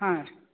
ಹಾಂ